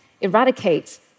eradicate